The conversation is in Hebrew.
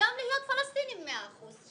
וגם להיות פלסטינים מאה אחוז.